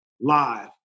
live